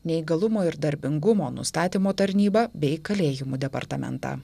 neįgalumo ir darbingumo nustatymo tarnybą bei kalėjimų departamentą